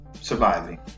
surviving